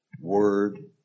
word